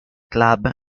club